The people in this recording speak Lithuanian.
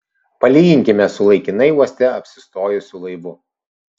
palyginkime su laikinai uoste apsistojusiu laivu